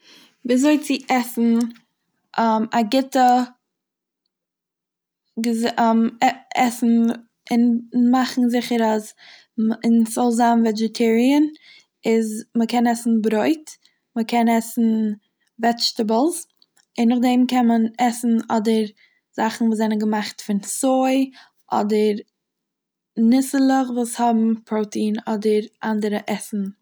ווי אזוי צו עסן א גוטע גע- ע- עסן און מאכן זיכער אז ס'זאל זיין וועדשעטעריען איז מ'קען עסן ברויט, מ'קען עסן וועטשטעבלס, און נאכדעם קען מען עסן אדער זאכן וואס זענען געמאכט פון סוי, אדער ניסעלעך וואס האבן פראוטין אדער אנדערע עסן וואס האבן פראוטין, וואס ס'וואקסן.